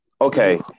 Okay